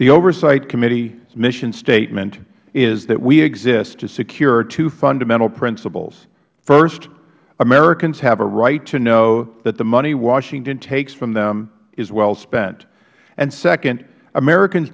the oversight committee mission statement is that we exist to secure two fundamental principles first americans have a right to know that the money washington takes from them is well spent and second americans